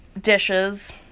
dishes